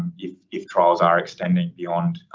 and if if trials are extending beyond, ah,